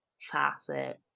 facet